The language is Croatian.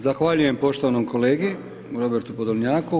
Zahvaljujem poštovanom kolegi Robertu Podolnjaku.